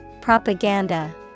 Propaganda